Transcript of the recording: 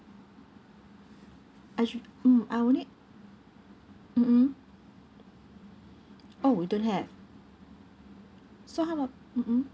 actually mm I will need mm oh you don't have so how about mm